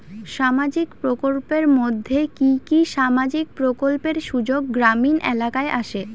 সামাজিক প্রকল্পের মধ্যে কি কি সামাজিক প্রকল্পের সুযোগ গ্রামীণ এলাকায় আসে?